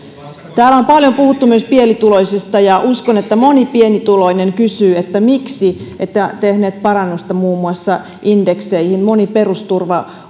täällä on paljon puhuttu myös pienituloisista ja uskon että moni pienituloinen kysyy miksi ette tehneet parannusta muun muassa indekseihin moni perusturva